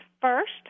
first